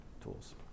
tools